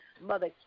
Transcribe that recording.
Mother